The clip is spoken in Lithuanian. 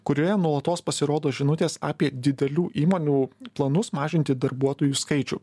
kurioje nuolatos pasirodo žinutės apie didelių įmonių planus mažinti darbuotojų skaičių